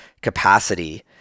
capacity